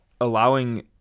allowing